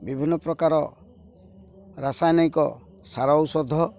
ବିଭିନ୍ନ ପ୍ରକାର ରାସାୟନିକ ସାର ଔଷଧ